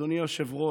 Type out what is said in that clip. אדוני היושב-ראש,